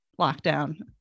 lockdown